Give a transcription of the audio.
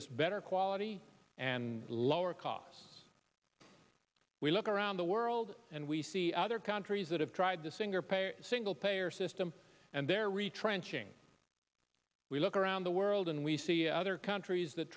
us better quality and lower costs we look around the world and we see other countries that have tried to sing or pay a single payer system and they're retrenching we look around the world and we see other countries that